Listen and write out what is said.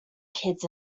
kids